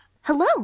Hello